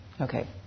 Okay